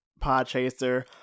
Podchaser